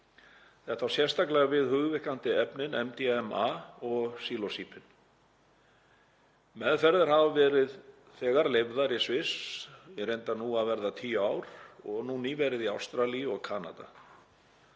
Þetta á sérstaklega við um hugvíkkandi efnin MDMA og sílósíbín. Meðferðir hafa þegar verið leyfðar í Sviss í reyndar nú að verða tíu ár og nú nýverið í Ástralíu og Kanada.